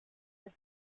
for